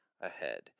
ahead